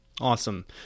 Awesome